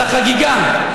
על החגיגה.